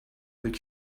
that